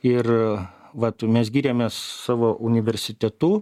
ir vat mes giriamės savo universitetu